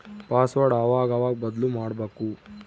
password ಅವಾಗವಾಗ ಬದ್ಲುಮಾಡ್ಬಕು